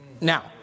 Now